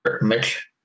Mitch